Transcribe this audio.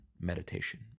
meditation